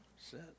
sit